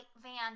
van